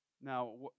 Now